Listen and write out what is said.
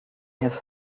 have